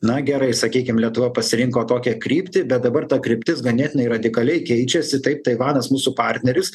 na gerai sakykim lietuva pasirinko tokią kryptį bet dabar ta kryptis ganėtinai radikaliai keičiasi taip taivanas mūsų partneris